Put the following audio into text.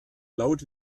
laut